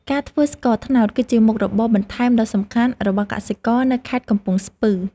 ការធ្វើស្ករត្នោតគឺជាមុខរបរបន្ថែមដ៏សំខាន់របស់កសិករនៅខេត្តកំពង់ស្ពឺ។